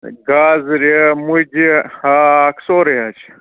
گازرِ مُجہِ ہاکھ سورُے حظ چھُ